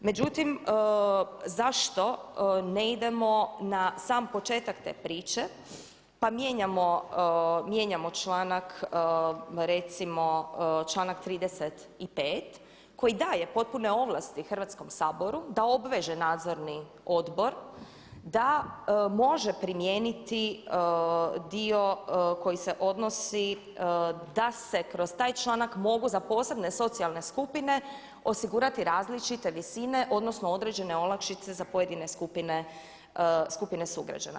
Međutim, zašto ne idemo na sam početak te priče pa mijenjamo članak recimo 35. koji daje potpune ovlasti Hrvatskom saboru da obveže nadzorni odbor da može primijeniti dio koji se odnosi da se kroz taj članak mogu za posebne socijalne skupine osigurati različite visine, odnosno određene olakšice za pojedine skupine sugrađana.